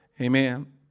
Amen